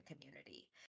community